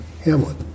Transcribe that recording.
Hamlet